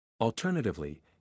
Alternatively